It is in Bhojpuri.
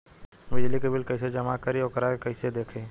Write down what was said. बिजली के बिल कइसे जमा करी और वोकरा के कइसे देखी?